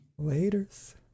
Laters